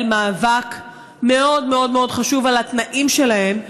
מאבק מאוד מאוד מאוד חשוב על התנאים שלהם,